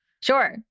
Sure